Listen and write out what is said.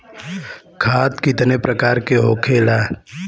खाद कितने प्रकार के होखेला?